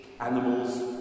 animals